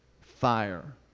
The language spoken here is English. fire